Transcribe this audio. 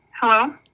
Hello